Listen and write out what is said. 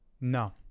No